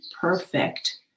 perfect